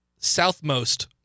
Southmost